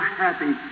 happy